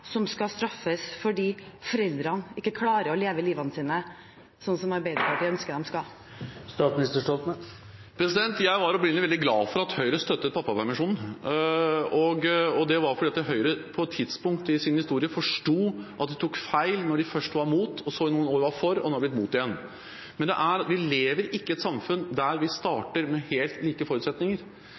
som skal straffes fordi foreldrene ikke klarer å leve livene sine sånn som Arbeiderpartiet ønsker de skal? Jeg var opprinnelig veldig glad for at Høyre støttet pappapermisjonen. Det var fordi Høyre på et tidspunkt i sin historie forsto at de tok feil da de først var mot, og så i noen år var for – og nå har blitt mot igjen. Vi lever ikke i et samfunn der vi starter med helt like forutsetninger.